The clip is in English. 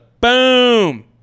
Boom